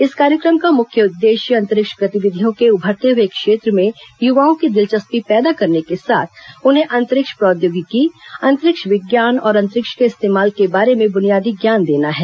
इस कार्यक्रम का मुख्य उद्देश्य अंतरिक्ष गतिविधियों के उभरते हुए क्षेत्र में युवाओं की दिलचस्पी पैदा करने के साथ उन्हें अंतरिक्ष प्रौद्योगिकी अंतरिक्ष विज्ञान और अंतरिक्ष के इस्तेमाल के बारे में बुनियादी ज्ञान देना है